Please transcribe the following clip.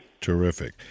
Terrific